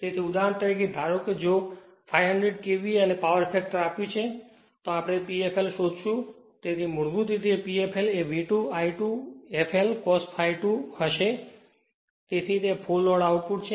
તેથી ઉદાહરણ તરીકે ધારો કે જો 500 KVA અને પાવર ફેક્ટર આપ્યું છે તો આપણે P fl શોધશું તેથી મૂળભૂત રીતે P fl એ V2 I2 fl cos ∅2 હશે તેથી તે ફુલ લોડ આઉટપુટ છે